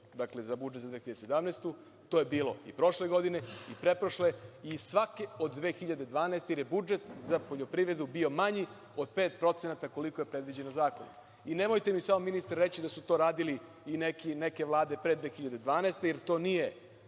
dakle, za budžet za 2017. godinu. To je bilo i prošle godine i pretprošle i svake od 2012. godine, jer je budžet za poljoprivredu bio manji od 5% koliko je predviđeno zakonom. Nemojte mi samo ministre reći da su to radili i neke vlade pre 2012. godine, jer to nije